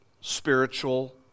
spiritual